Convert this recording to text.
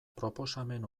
proposamen